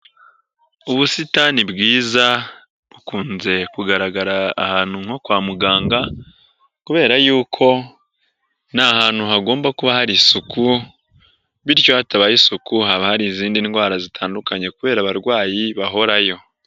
Ubusitani bwiza bukunze kugaragara ahantu nko kwa muganga, kubera yuko ni ahantu hagomba kuba hari isuku, bityo hatabaye isuku haba hari izindi ndwara zitandukanye kubera abarwayi bahorayo.